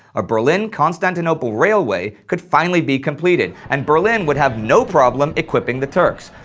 a berlin-constantinople railway could finally be completed, and berlin would have no problem equipping the turks,